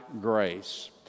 grace